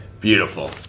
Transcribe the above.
Beautiful